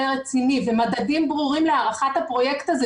רציני ומדדים ברורים להערכת הפרויקט הזה,